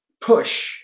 push